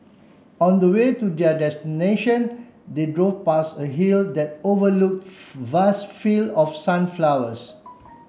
on the way to their destination they drove past a hill that overlook vast field of sunflowers